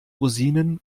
rosinen